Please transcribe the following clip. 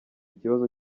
ikibazo